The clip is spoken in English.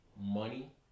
money